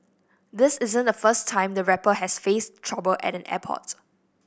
this isn't the first time the rapper has faced trouble at an airport